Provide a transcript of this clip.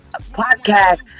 podcast